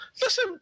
Listen